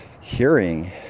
hearing